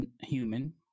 human